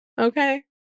Okay